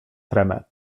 tremę